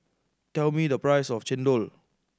tell me the price of chendol